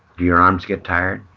your arms get tired?